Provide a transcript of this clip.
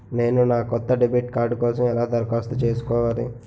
నేను నా కొత్త డెబిట్ కార్డ్ కోసం ఎలా దరఖాస్తు చేసుకోవాలి?